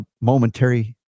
momentary